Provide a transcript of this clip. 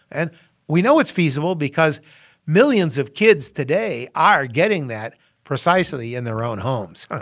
and we know it's feasible because millions of kids today are getting that precisely in their own homes.